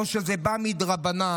או שזה בא מדרבנן,